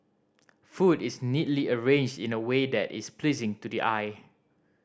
food is neatly arranged in a way that is pleasing to the eye